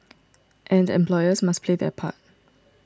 and employers must play their part